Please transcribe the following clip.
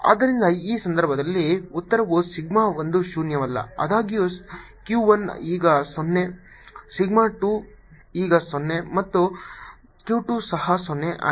ಆದ್ದರಿಂದ ಈ ಸಂದರ್ಭದಲ್ಲಿ ಉತ್ತರವು ಸಿಗ್ಮಾ 1 ಶೂನ್ಯವಲ್ಲ ಆದಾಗ್ಯೂ Q 1 ಈಗ 0 ಸಿಗ್ಮಾ 2 ಈಗ 0 ಮತ್ತು Q 2 ಸಹ 0 ಆಗಿದೆ